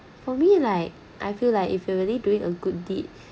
for me like I feel like if you are really doing a good deed